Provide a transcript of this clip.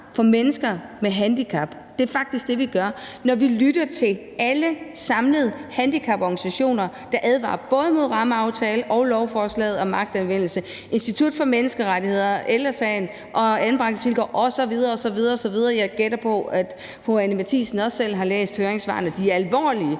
for mennesker med handicap – det er faktisk det, vi gør. Når vi lytter til alle handicaporganisationerne, advarer de både imod rammeaftale og lovforslaget om magtanvendelse. Det gælder Institut for Menneskerettigheder, Ældre Sagen osv. osv. Jeg gætter på, at fru Anni Matthiesen også selv har læst høringssvarene; de er alvorlige,